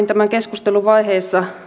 tämän keskustelun vaiheessa